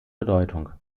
bedeutung